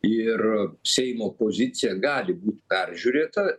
ir seimo pozicija gali būt peržiūrėta